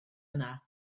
yna